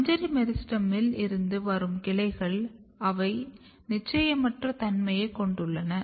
மஞ்சரி மெரிஸ்டெமில் இருந்து வரும் கிளைகள் அவை நிச்சயமற்ற தன்மையைக் கொண்டுள்ளன